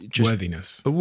Worthiness